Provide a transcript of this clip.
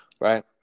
right